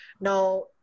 Now